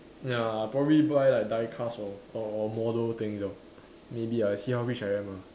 ya I'll probably buy like die-cast or or model things or maybe I see how rich I am ah